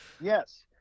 yes